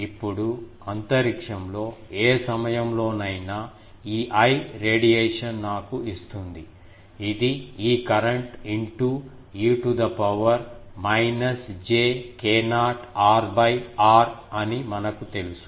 ఇప్పుడు అంతరిక్షంలో ఏ సమయంలో నైనా ఈ I రేడియేషన్ నాకు ఇస్తుంది ఇది ఈ current into e to the power minus j k0 r r అని మనకు తెలుసు